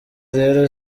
rero